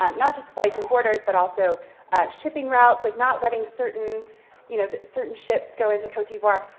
um not just flights and borders but also shipping routes, like not letting certain you know, certain ships go into cote d'ivoire,